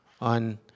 on